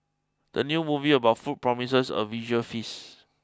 the new movie about food promises a visual feast